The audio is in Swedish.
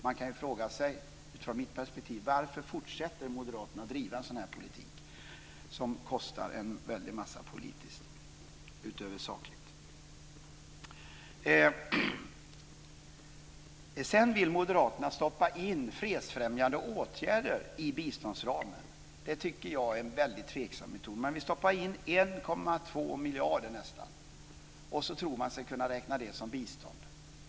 Man kan utifrån mitt perspektiv fråga sig varför moderaterna fortsätter att driva en sådan här politik som kostar en väldigt massa, politiskt utöver sakligt. Sedan vill moderaterna stoppa in fredsfrämjande åtgärder i biståndsramen. Det tycker jag är en väldigt tveksam metod. Man vill stoppa in nästan 1,2 miljarder, och så tror man sig kunna räkna det som bistånd.